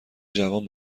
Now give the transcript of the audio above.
جوان